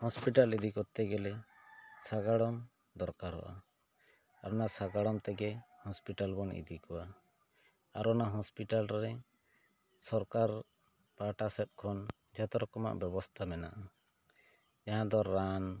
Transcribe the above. hospital ᱤᱫᱤ ᱠᱚᱨᱛᱮ ᱜᱮᱞᱮ ᱢᱤᱫᱴᱟᱝ ᱥᱟᱜᱟᱲᱚᱢ ᱫᱚᱨᱠᱟᱨᱚᱜᱼᱟ ᱟᱨ ᱚᱱᱟ ᱥᱟᱜᱟᱲᱚᱢ ᱛᱮᱜᱮ ᱦᱚᱥᱯᱤᱴᱟᱞ ᱵᱚᱱ ᱤᱫᱤ ᱠᱚᱣᱟ ᱟᱨ ᱚᱱᱟ ᱦᱚᱥᱯᱤᱴᱟᱞ ᱨᱮ ᱥᱚᱨᱠᱟᱨ ᱯᱟᱦᱴᱟ ᱥᱮᱫ ᱠᱷᱚᱱ ᱡᱚᱛᱚ ᱨᱚᱠᱚᱢᱟᱜ ᱵᱮᱵᱚᱥᱛᱷᱟ ᱢᱮᱱᱟᱜᱼᱟ ᱡᱟᱦᱟᱸ ᱫᱚ ᱨᱟᱱ